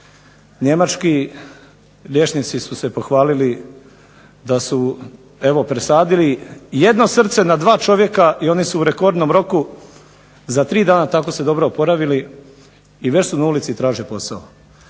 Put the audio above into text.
Njemački liječnici su se pohvalili da su evo presadili jedno srce na dva čovjeka, i oni su u rekordnom roku za tri dana tako se dobro oporavili i već su na ulici i traže posao.